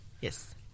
Yes